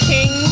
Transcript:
King